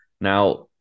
Now